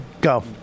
Go